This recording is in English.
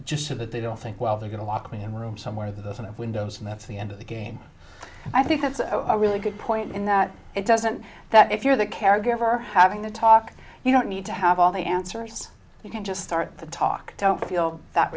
just so that they don't think well they're going to lock me in a room somewhere that doesn't have windows and that's the end of the game i think that's a really good point in that it doesn't that if you're the caregiver having the talk you don't need to have all the answers you can just start the talk don't feel that